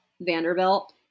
Vanderbilt